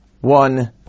one